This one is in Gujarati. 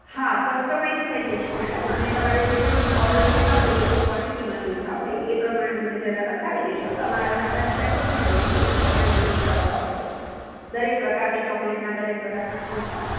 હા કસ્ટમાઇઝ થઈ જશે મેડમ અને તમારે જે પણ ઓર્ડર જોઈતા હોય જેટલી ક્વોન્ટિટીમાં જોઈતા હોય એ પ્રમાણે મને જરા લખાવી દેજો તમારા અમારી પાસે સેમ્પલ પણ અવેલેબલ છે તમારે ટેસ્ટ કરવા હોય તો દરેક પ્રકારની ચોકલેટના દરેક પ્રકારના ફ્રૂટસના